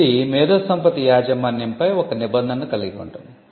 ఇది మేధోసంపత్తి యాజమాన్యంపై ఒక నిబంధనను కలిగి ఉంటుంది